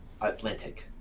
Atlantic